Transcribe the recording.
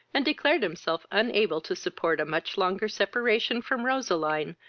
and declared himself unable to support a much longer separation from roseline,